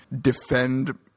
defend